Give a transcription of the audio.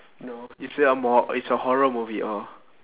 no is it a mo~ it's a horror movie oh